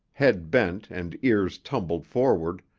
head bent and ears tumbled forward,